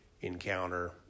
encounter